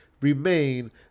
remain